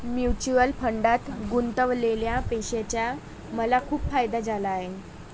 mutual फंडात गुंतवलेल्या पैशाचा मला खूप फायदा झाला आहे